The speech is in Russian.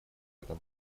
этом